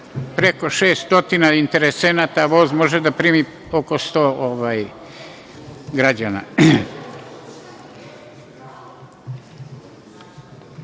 preko 600 interesenata, a voz može da primi oko 100 građana. Iz